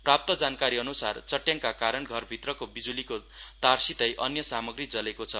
प्राप्त जानकारी अन्सार चट्याङका कारण घरभित्रको बिज्लीको तारसितै अन्य सामग्री जलेको छ